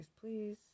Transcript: please